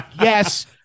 yes